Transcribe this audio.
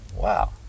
wow